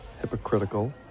hypocritical